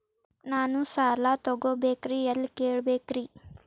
ನಾನು ಸಾಲ ತೊಗೋಬೇಕ್ರಿ ಎಲ್ಲ ಕೇಳಬೇಕ್ರಿ?